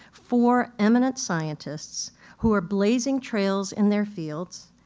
four eminent scientists who are blazing trails in their fields,